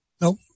Nope